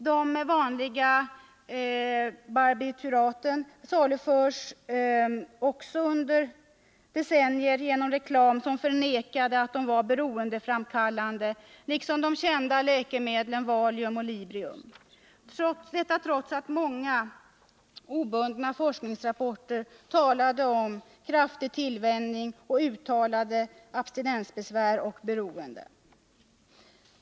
De vanliga barbituraten, liksom de kända läkemedlen Valium och Librium, salufördes också under decennier med hjälp av en reklam som förnekade att de var beroendeframkallande, detta trots att många obundna forskningsrapporter talade om kraftig tillvänjning och uttalade abstinensbesvär och beroende.